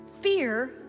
fear